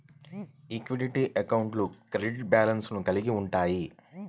equity అకౌంట్లు credit బ్యాలెన్స్లను కలిగి ఉంటయ్యి